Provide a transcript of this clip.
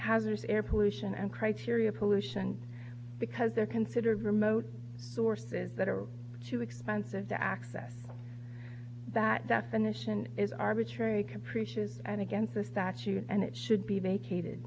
hazardous air pollution and criteria pollution because they're considered remote sources that are too expensive to access that definition is arbitrary capricious and against a statute and it should be